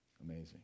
Amazing